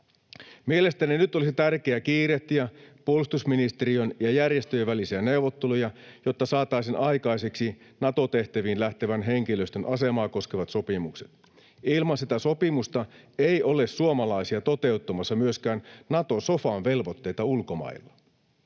Mielestäni nyt olisi tärkeää kiirehtiä puolustusministeriön ja järjestöjen välisiä neuvotteluja, jotta saataisiin aikaiseksi Nato-tehtäviin lähtevän henkilöstön asemaa koskevat sopimukset. Ilman sitä sopimusta ei ole suomalaisia toteuttamassa myöskään Nato-sofan velvoitteita ulkomailla.